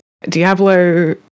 Diablo